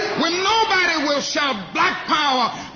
when nobody will shout, black power!